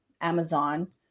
Amazon